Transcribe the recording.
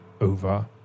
over